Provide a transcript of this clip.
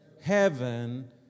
heaven